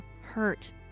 Hurt